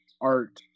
art